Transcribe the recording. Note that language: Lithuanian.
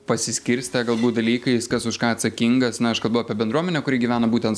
pasiskirstę galbūt dalykais kas už ką atsakingas na aš kalbu apie bendruomenę kuri gyvena būtent